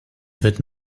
wird